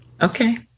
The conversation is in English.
Okay